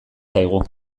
zaigu